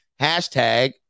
Hashtag